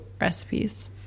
recipes